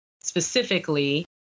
Specifically